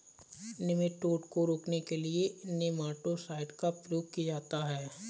nematode को रोकने के लिए नेमाटो साइड का प्रयोग किया जाता है